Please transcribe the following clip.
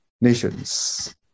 nations